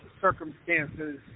circumstances